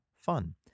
Fun